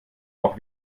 auch